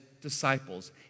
disciples